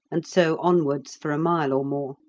and so onwards for a mile or more.